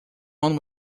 alone